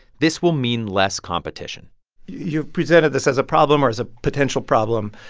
this will mean less competition you've presented this as a problem or as a potential problem.